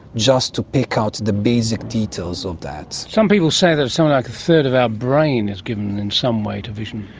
just to pick out the basic details of that. some people say that something so like a third of our brain is given in some way to vision.